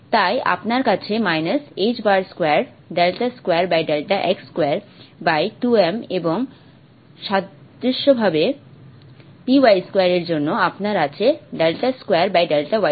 তাই আপনার আছে ħ2 2 x22m এবং সাদৃশ্যভাবে py2এর জন্য আপনার আছে 2 y2